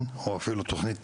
או אפילו תוכנית